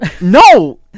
No